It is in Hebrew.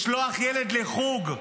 לשלוח ילד לחוג,